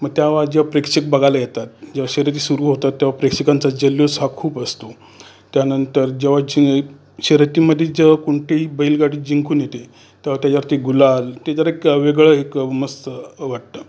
मग त्यावेळा जे प्रेक्षक बघायला येतात जेव्हा शर्यती सुरू होतात तेव्हा प्रेक्षकांचा जल्लोष हा खूप असतो त्यानंतर जेव्हा जे शर्यतीमध्ये जेव्हा कोणतीही बैलगाडी जिंकून येते तेव्हा त्याच्यावरती गुलाल ते जरा एक वेगळं एक मस्त वाटतं